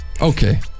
okay